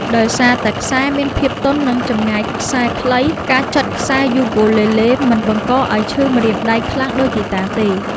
ដោយសារតែខ្សែមានភាពទន់ និងចម្ងាយខ្សែខ្លី ការចុចខ្សែយូគូលេលេមិនបង្កឲ្យឈឺម្រាមដៃខ្លាំងដូចហ្គីតាទេ។